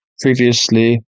previously